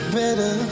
better